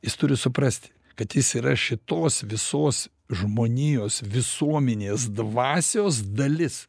jis turi suprast kad jis yra šitos visos žmonijos visuomenės dvasios dalis